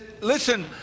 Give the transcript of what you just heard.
listen